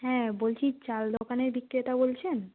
হ্যাঁ বলছি চাল দোকানের বিক্রেতা বলছেন